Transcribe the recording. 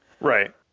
Right